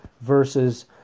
versus